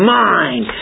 mind